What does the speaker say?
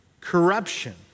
corruption